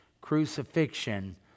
crucifixion